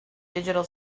digital